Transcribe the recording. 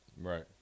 Right